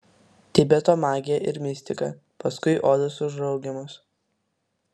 tibeto magija ir mistika paskui odos užraugiamos